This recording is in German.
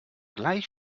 gleich